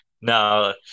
no